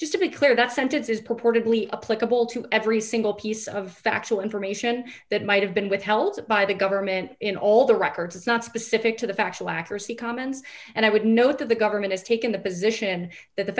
just to be clear that sentence is purportedly a political to every single piece of factual information that might have been withheld by the government in all the records is not specific to the factual accuracy comments and i would note that the government has taken the position that the